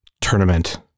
Tournament